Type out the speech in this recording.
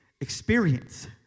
experience